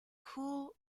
cool